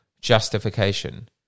justification